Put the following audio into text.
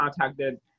contacted